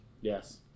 Yes